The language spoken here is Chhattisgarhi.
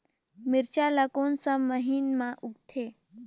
मिरचा ला कोन सा महीन मां उगथे?